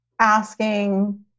asking